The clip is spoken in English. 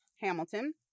Hamilton